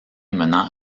menant